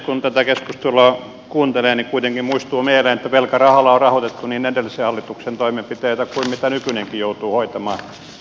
kun tätä keskustelua kuuntelee niin kuitenkin muistuu mieleen että velkarahalla on rahoitettu niin edellisen hallituksen toimenpiteitä kuin niitäkin joita nykyinen joutuu hoitamaan